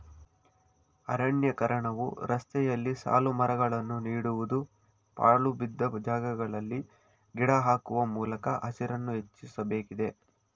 ಅರಣ್ಯೀಕರಣವು ರಸ್ತೆಯಲ್ಲಿ ಸಾಲುಮರಗಳನ್ನು ನೀಡುವುದು, ಪಾಳುಬಿದ್ದ ಜಾಗಗಳಲ್ಲಿ ಗಿಡ ಹಾಕುವ ಮೂಲಕ ಹಸಿರನ್ನು ಹೆಚ್ಚಿಸಬೇಕಿದೆ